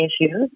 issues